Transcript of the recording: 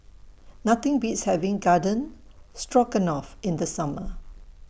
Nothing Beats having Garden Stroganoff in The Summer